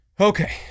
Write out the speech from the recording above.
Okay